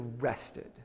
arrested